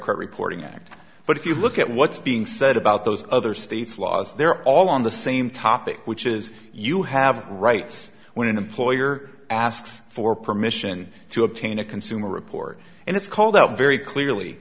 credit reporting act but if you look at what's being said about those other states laws they're all on the same topic which is you have rights when an employer asks for permission to obtain a consumer report and it's called out very clearly